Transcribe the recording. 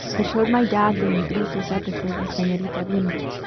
i showed my dad the intrusos episode with senorita bimbo.